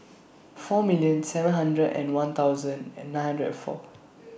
four million seven hundred and one thousand and nine hundred four